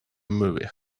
movie